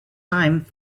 time